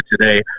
today